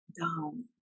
down